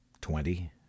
Twenty